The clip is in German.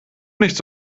nicht